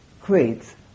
creates